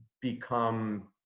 become